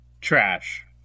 trash